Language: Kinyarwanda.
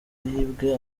yibwe